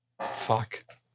Fuck